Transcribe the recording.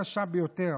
קשה ביותר.